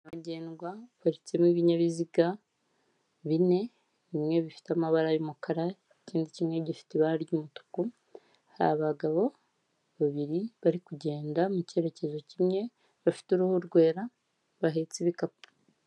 Nyabagenda haparitsemo ibinyabiziga bine, bimwe bifite amabara y'umukara, ikindi kimwe gifite ibara ry'umutuku, hari abagabo babiri bari kugenda mu cyerekezo kimwe, bafite uruhu rwera bahetse ibikapu.